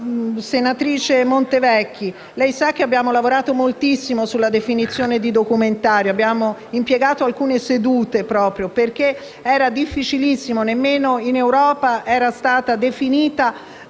senatrice Montevecchi, lei sa che abbiamo lavorato moltissimo sulla definizione di documentario e vi abbiamo dedicato alcune sedute, perché era difficilissimo. Nemmeno in Europa è stata trovata